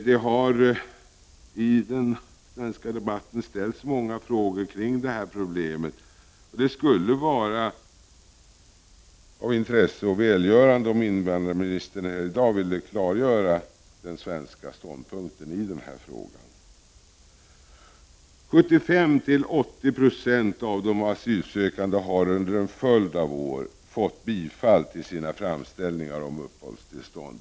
Det har i den svenska debatten ställts många frågor kring detta problem. Det skulle vara av intresse och välgörande om invandrarministern här i dag ville klargöra den svenska ståndpunkten i denna fråga. 75-80 90 av de asylsökande har under en följd av år fått bifall till sina framställningar om uppehållstillstånd.